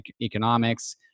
economics